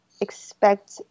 expect